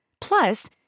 Plus